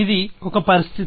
ఇది ఒక పరిస్థితి